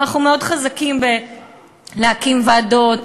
אנחנו מאוד חזקים בהקמת ועדות,